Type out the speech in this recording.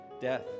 death